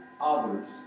others